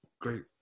Great